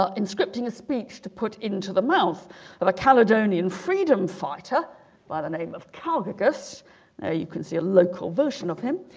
ah in scripting a speech to put into the mouth of a caledonian freedom fighter by the name of cal mcus you can see a local version of him